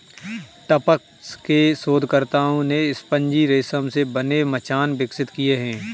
Tufts के शोधकर्ताओं ने स्पंजी रेशम से बने मचान विकसित किए हैं